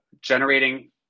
generating